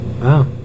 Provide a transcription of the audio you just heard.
Wow